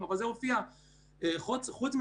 אנחנו נעשה משהו קצת שונה